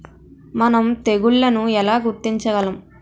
మనం తెగుళ్లను ఎలా గుర్తించగలం?